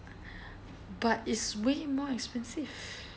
but it's way more expensive